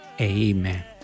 Amen